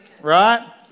Right